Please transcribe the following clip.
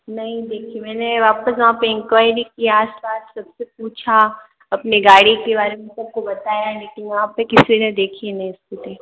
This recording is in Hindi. नहीं देखी मैंने वापस वहाँ पे इन्क्वायरी की आस पास सबसे पूछा अपने गाड़ी के बारे में सब को बताया लेकिन वहाँ पे किसी ने देखी नहीं स्कूटी